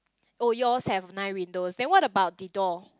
oh yours have nine windows then what about the door